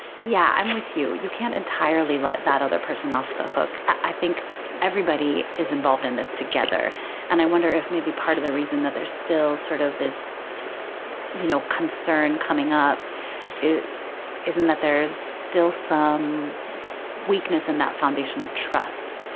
yeah i'm with you. you can't entirely let that other person off the hook. i think everybody is involved in this together and i wonder if maybe part of the reason that there's still sort of this you know concern coming up isn't that there's still some weakness in that foundation of trust.